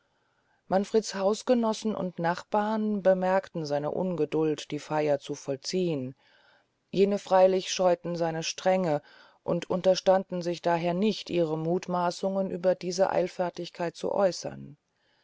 manfreds hausgenossen und nachbarn bemerkten seine ungeduld die feyer zu vollziehen jene freylich scheuten seine strenge und unterstanden sich daher nicht ihre muthmaßungen über diese eilfertigkeit zu äußern